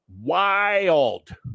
wild